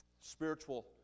spiritual